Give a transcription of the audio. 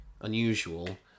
unusual